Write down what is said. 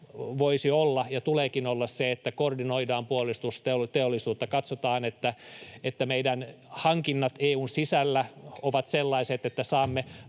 voisi olla ja tuleekin olla se, että koordinoidaan puolustusteollisuutta, katsotaan, että meidän hankinnat EU:n sisällä ovat sellaiset, että saamme